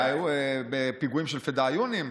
והיו פיגועים של פדאיונים.